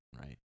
right